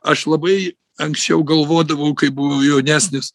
aš labai anksčiau galvodavau kai buvau jaunesnis